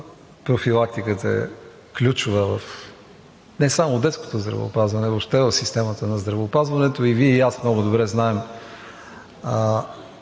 профилактиката е ключова не само в детското здравеопазване, а въобще в системата на здравеопазването и Вие, и аз много добре знаем,